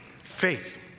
faith